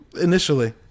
initially